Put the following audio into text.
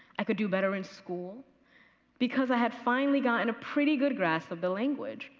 i could do better in school because i had finally gotten a pretty good grasp of the language,